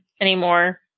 anymore